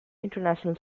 international